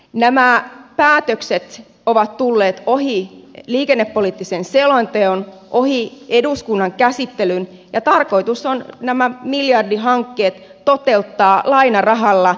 nämä päätökset ovat tulleet ohi liikennepoliittisen selonteon ohi eduskunnan käsittelyn ja nämä miljardihankkeet on tarkoitus toteuttaa lainarahalla